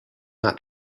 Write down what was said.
not